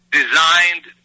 designed